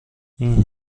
این